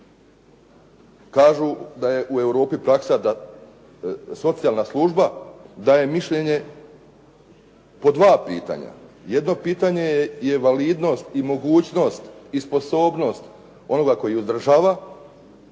Kažu da je u Europi praksa da socijalna služba daje mišljenje po dva pitanja. Jedno pitanje je validnost i mogućnost i sposobnost onoga koji uzdržava,